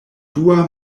dua